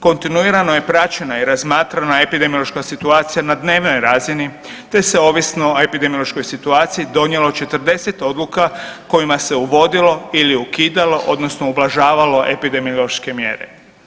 Kontinuirano je praćena i razmatrana epidemiološka situacija na dnevnoj razini te se ovisno o epidemiološkoj situaciji donijelo 40 odluka kojima se uvodilo ili ukidalo, odnosno ublažavalo epidemiološke mjere.